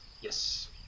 Yes